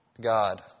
God